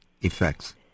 effects